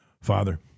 Father